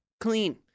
Clean